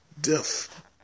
Death